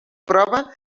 prova